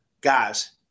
guys